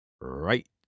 Right